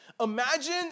Imagine